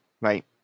right